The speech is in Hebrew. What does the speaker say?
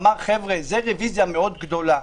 אמר: זו רביזיה מאוד גדולה.